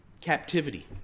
captivity